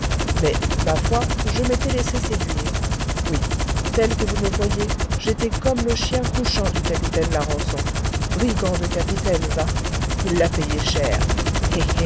mais ma foi je m'étais laissé séduire oui tel que vous me voyez j'étais comme le chien couchant du capitaine larençon brigand de capitaine va il l'a payé cher